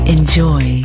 Enjoy